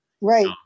Right